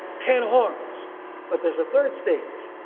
ten horns but there's a third stage.